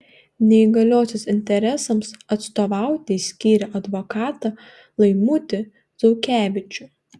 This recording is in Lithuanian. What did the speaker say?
neįgaliosios interesams atstovauti skyrė advokatą laimutį zaukevičių